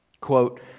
Quote